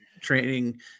training